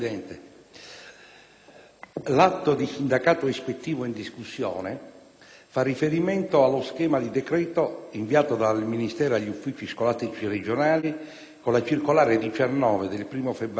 l'atto di sindacato ispettivo in discussione fa riferimento allo schema di decreto inviato dal Ministero agli uffici scolastici regionali con la circolare n. 19 del 1° febbraio 2008,